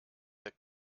der